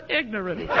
ignorant